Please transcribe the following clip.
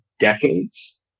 decades